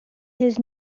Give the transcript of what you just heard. his